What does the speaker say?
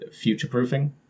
future-proofing